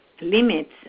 limits